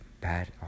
bad